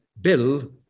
Bill